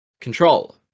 control